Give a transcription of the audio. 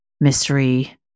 mystery